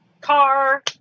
Car